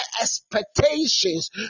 expectations